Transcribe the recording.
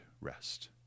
rest